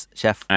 chef